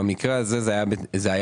במקרה הזה זה היה בתיאום,